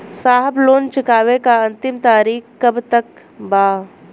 साहब लोन चुकावे क अंतिम तारीख कब तक बा?